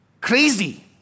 crazy